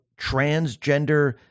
transgender